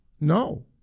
No